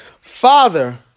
Father